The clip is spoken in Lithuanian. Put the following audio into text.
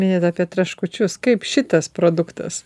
minit apie traškučius kaip šitas produktas